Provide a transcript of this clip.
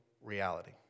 reality